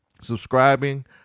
subscribing